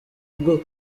bwo